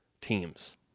teams